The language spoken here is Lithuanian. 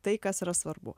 tai kas yra svarbu